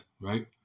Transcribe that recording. right